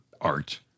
art